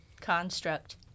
construct